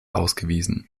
ausgewiesen